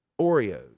Oreos